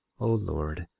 o lord,